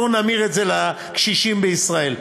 בואו נמיר את זה לקשישים בישראל.